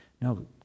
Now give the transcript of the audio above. No